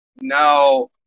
now